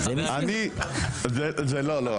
לא, לא.